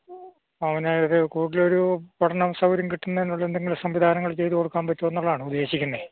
അവൻ ഏത് കൂടുതൽ ഒരു പഠന സൗകര്യം കിട്ടുന്നതിനുള്ള എന്തെങ്കിലും സംവിധാനങ്ങൾ ചെയ്ത് കൊടുക്കാൻ പറ്റുമോന്ന് ഉള്ളതാണ് ഉദ്ദേശിക്കുന്നത്